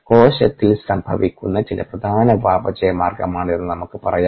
കോശത്തിൽ സംഭവിക്കുന്ന ചില പ്രധാന ഉപാപചയ മാർഗമാണിതെന്ന് നമുക്ക് പറയാം